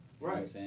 Right